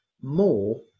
more